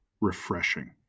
refreshing